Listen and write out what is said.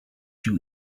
you